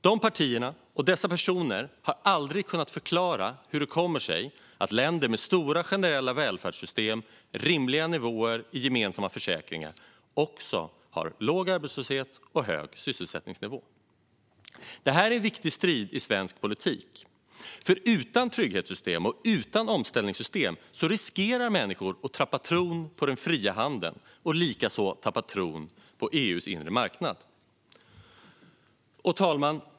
Dessa partier och personer har aldrig kunnat förklara hur det kommer sig att länder med stora generella välfärdssystem och rimliga nivåer i gemensamma försäkringar också har låg arbetslöshet och hög sysselsättningsnivå. Det här är en viktig strid i svensk politik, för utan trygghets och omställningssystem riskerar människor att tappa tron på den fria handeln och på EU:s inre marknad. Fru talman!